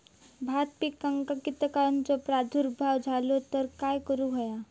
भात पिकांक कीटकांचो प्रादुर्भाव झालो तर काय करूक होया?